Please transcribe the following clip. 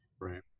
Right